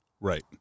Right